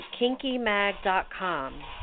KinkyMag.com